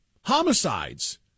homicides